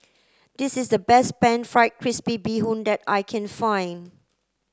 this is the best pan fried crispy bee Hoon that I can find